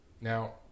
Now